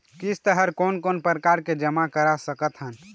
किस्त हर कोन कोन प्रकार से जमा करा सकत हन?